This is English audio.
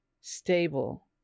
Stable